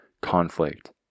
conflict